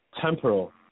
temporal